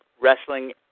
wrestling